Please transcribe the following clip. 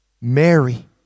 Mary